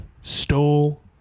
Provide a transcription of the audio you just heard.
stole